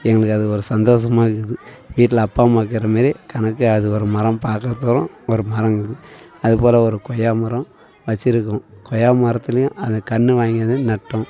எங்களுக்கு அது ஒரு சந்தோஷமாக்குது வீட்டில் அப்பா அம்மா இருக்கிற மாரி கணக்கு அது ஒரு மரம் பார்க்க சொல்லோ ஒரு மரம் இருக்குது அதுபோல் ஒரு கொய்யா மரம் வச்சுருக்கோம் கொய்யா மரத்துலேயும் அது கன்று வாங்கியாந்து நட்டோம்